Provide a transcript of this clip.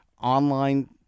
online